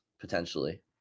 potentially